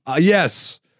Yes